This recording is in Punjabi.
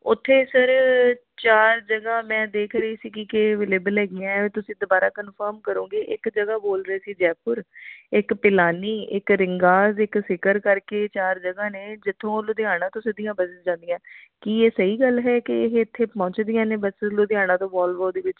ਉੱਥੇ ਸਰ ਚਾਰ ਜਗ੍ਹਾ ਮੈਂ ਦੇਖ ਰਹੀ ਸੀਗੀ ਕਿ ਅਵੇਲੇਬਲ ਹੈਗੀਆਂ ਤੁਸੀਂ ਦੁਬਾਰਾ ਕਨਫਰਮ ਕਰੋਗੇ ਇੱਕ ਜਗ੍ਹਾ ਬੋਲ ਰਹੇ ਸੀ ਜੈਪੁਰ ਇੱਕ ਪਿਲਾਨੀ ਇੱਕ ਰਿੰਗਾਰ ਇੱਕ ਫਿਗਰ ਕਰਕੇ ਚਾਰ ਜਗ੍ਹਾ ਨੇ ਜਿੱਥੋਂ ਲੁਧਿਆਣਾ ਤੋਂ ਸਿੱਧੀਆਂ ਬਸਿਸ ਜਾਂਦੀਆਂ ਕੀ ਇਹ ਸਹੀ ਗੱਲ ਹੈ ਕਿ ਇਹ ਇੱਥੇ ਪਹੁੰਚਦੀਆਂ ਨੇ ਬੱਸਿਸ ਲੁਧਿਆਣਾ ਤੋਂ ਵੋਲਵੋ ਦੇ ਵਿੱਚ